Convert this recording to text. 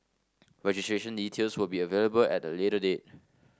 registration details will be available at a later date